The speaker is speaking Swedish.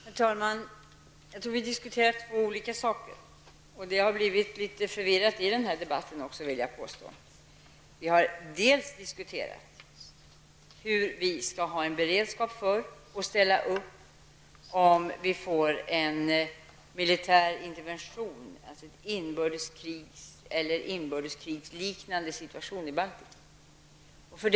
Herr talman! Jag tror att vi diskuterar två olika saker. Jag vill även påstå att denna debatt har blivit litet förvirrad. Vi har bl.a. diskuterat hur vi skall ha en beredskap för och ställa upp om det blir en militär intervention, dvs. ett inbördeskrig eller en inbördeskrigsliknande situation, i Baltikum.